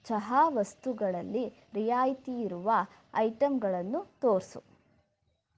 ಚಹಾ ವಸ್ತುಗಳಲ್ಲಿ ರಿಯಾಯಿತಿ ಇರುವ ಐಟಂಗಳನ್ನು ತೋರಿಸು